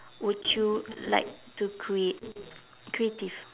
would you like to create creative